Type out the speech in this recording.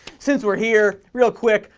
since we're here, real quick.